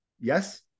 Yes